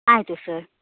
ಆಯಿತು ಸರ್